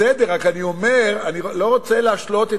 בסדר, רק אני אומר: אני לא רוצה להשלות את